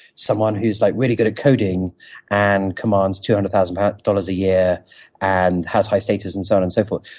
someone who's like really good at coding and commands two hundred thousand dollars a year and has high status and so on and so forth.